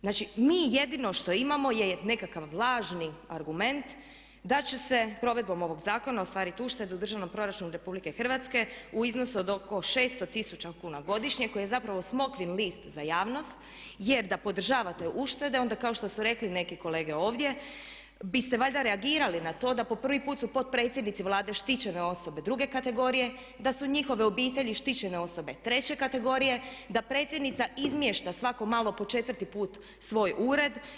Znači, mi jedino što imamo je nekakav vlažni argument da će se provedbom ovog zakona ostvariti ušteda u Državnom proračunu RH u iznosu od oko 600 tisuća kuna godišnje koji je zapravo smokvin list za javnost jer da podržavate uštede onda kao što su rekli neke kolege ovdje biste valjda reagirali na to da po prvi put su potpredsjednici Vlade štićene osobe druge kategorije, da su njihove obitelji štićene kategorije, da predsjednica izmješta svako malo po četvrti put evo svoj ured.